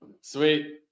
Sweet